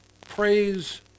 praise